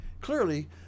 clearly